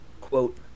quote